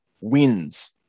wins